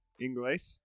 English